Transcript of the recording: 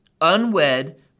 unwed